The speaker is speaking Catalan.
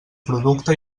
producte